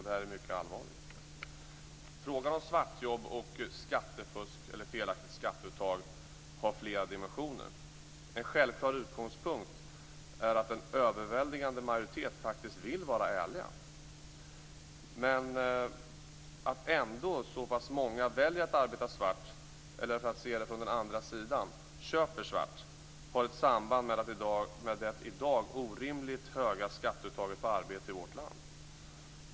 Det här är mycket allvarligt. Frågan om svartjobb och skattefusk eller felaktigt skatteuttag har flera dimensioner. En självklar utgångspunkt är att en överväldigande majoritet faktiskt vill vara ärliga. Att då ändå så pass många väljer att arbeta svart - eller för att se det från den andra sidan, köpa svart - har ett samband med det i dag orimligt höga skatteuttaget på arbete i vårt land.